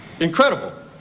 Incredible